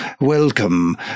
welcome